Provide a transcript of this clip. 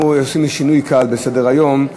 אנחנו עשינו שינוי קל בסדר-היום,